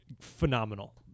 Phenomenal